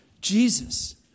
Jesus